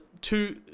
two